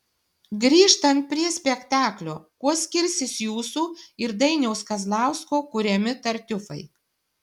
grįžtant prie spektaklio kuo skirsis jūsų ir dainiaus kazlausko kuriami tartiufai